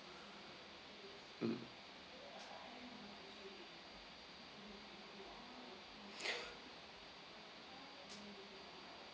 mm